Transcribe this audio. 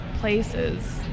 places